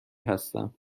هستم